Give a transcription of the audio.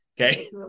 Okay